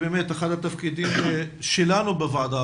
אכן אחד התפקידים שלנו בוועדה,